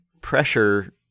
pressure